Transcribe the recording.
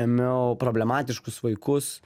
ėmiau problematiškus vaikus